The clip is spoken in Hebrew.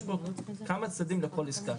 יש פה כמה צדדי לכל עסקה.